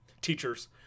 teachers